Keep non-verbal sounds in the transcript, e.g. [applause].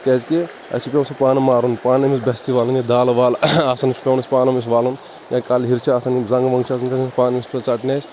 کیٛازِ کہِ اَسہِ چھُ پیٚوان سُہ پانہٕ مارُن پانَے أمِس بَستہٕ والٕنۍ دالہٕ والہٕ آسان سُہ چھُ پیٚوان اَسہِ پانہٕ أمِس والُن یا یہِ کلہٕ ہیٖر چھِ آسان یِم زَنٛگہِ وَنٛگہٕ چھِ [unintelligible] پانَے أمِس ژٹنہِ اَسہِ